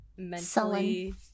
mentally